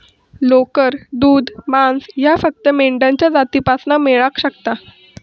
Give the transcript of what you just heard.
लोकर, दूध, मांस ह्या फक्त मेंढ्यांच्या जातीपासना मेळाक शकता